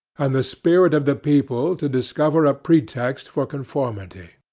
and the spirit of the people to discover a pretext for conformity.